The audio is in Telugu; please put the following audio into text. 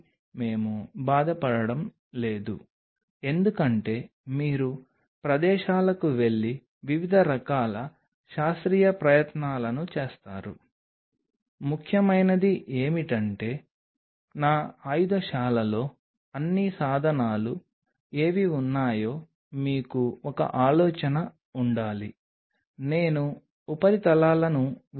వారిలో చాలామంది ఈ అంశాలను పరిగణనలోకి తీసుకోరు మరియు వివిధ సమూహాల మధ్య విరుద్ధమైన ఫలితం వస్తుంది ఎందుకంటే గాజు ఉపరితలం ఉండవచ్చు ఈ అణువుల యొక్క నిర్దిష్ట రకమైన అటాచ్మెంట్ ఉన్న చోట ఇతర గాజు ఉపరితలం ఉండవచ్చు ఇది నిజంగా కాదు